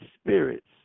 spirits